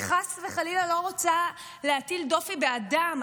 אני חס וחלילה לא רוצה להטיל דופי באדם,